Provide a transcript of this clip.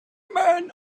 man